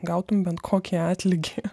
gautum bent kokį atlygį